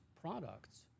products